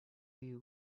you